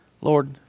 Lord